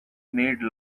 made